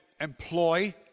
employ